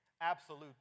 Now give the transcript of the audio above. absolute